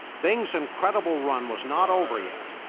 bing's incredible run was not over yet,